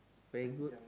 very good